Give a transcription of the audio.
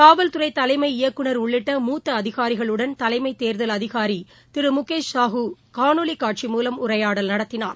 காவல்துறைதலைமை இயக்குநர் உள்ளிட்ட முத்தஅதிகாரிகளுடன் தலைமைதேர்தல் அதிகாரிதிருமுகேஷ் சாஹூ காணொலிகாட்சி மூலம் உரையாடல் நடத்தினார்